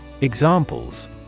Examples